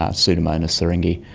ah pseudomonas syringae,